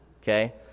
okay